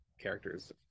characters